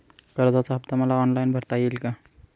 कर्जाचा हफ्ता मला ऑनलाईन भरता येईल का?